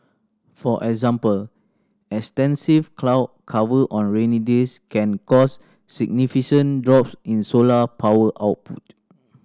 for example extensive cloud cover on rainy days can cause significant drops in solar power output